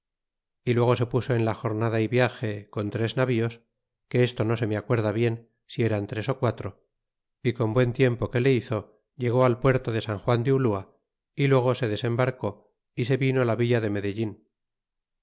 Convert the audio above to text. y luego se puso en la jornada y jage con tres navíos que esto no se me acuerda bien si era tres s quatro y con buen tiempo que le hizo llegó al puerto de san juan de ulua y luego se desembarcó y se vino la villa de medehin